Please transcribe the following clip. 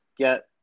get